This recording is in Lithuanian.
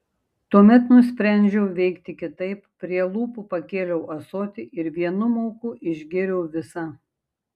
tuomet nusprendžiau veikti kitaip prie lūpų pakėliau ąsotį ir vienu mauku išgėriau visą